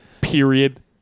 Period